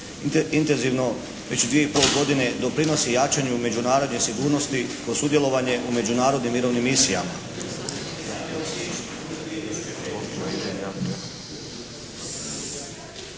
intenzivno već dvije i pol godine doprinosi jačanju međunarodne sigurnosti kroz sudjelovanje u međunarodnim mirovnim misijama.